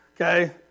okay